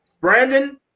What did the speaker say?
Brandon